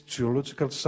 Geological